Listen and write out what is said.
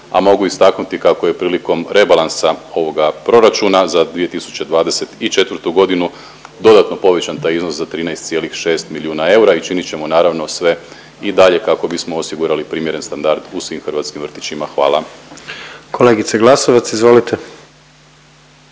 a mogu istaknuti kako je prilikom rebalansa ovoga proračuna za 2024. godinu dodatno povećan taj iznos za 13,6 milijuna eura i činit ćemo naravno sve i dalje kako bismo osigurali primjeren standard u svim hrvatskim vrtićima. Hvala. **Jandroković, Gordan